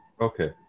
Okay